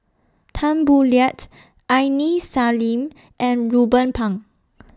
Tan Boo Liat Aini Salim and Ruben Pang